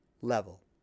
level